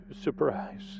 surprise